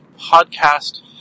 podcast